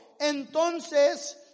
entonces